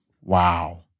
Wow